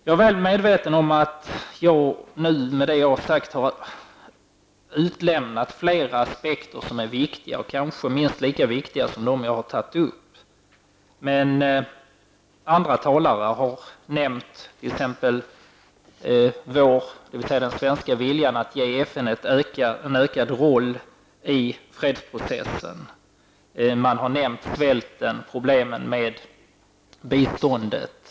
Jag är väl medveten om att jag med det som jag har sagt har utelämnat flera aspekter som kanske är minst lika viktiga som de som jag har tagit upp, men andra talare har t.ex. nämnt den svenska viljan att ge FN en större roll i fredsprocessen. Vidare har man talat om svälten och problemen med biståndet.